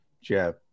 Jeff